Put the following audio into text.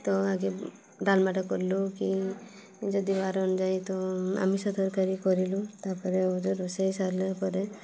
ତ ଆଗେ ଡାଲମାଟା କଲୁ କି ଯଦି ବାର ଅନୁଯାୟୀ ତ ଆମିଷ ତରକାରୀ କରିଲୁ ତା'ପରେ ରୋଷେଇ ସାରିଲା ପରେ